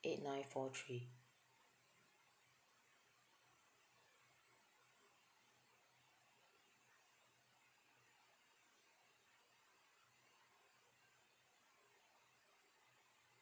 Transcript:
eight nine four three